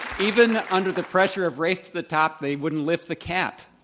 even under the pressure of race to the top, they wouldn't lift the cap.